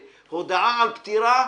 הודעה על פטירה,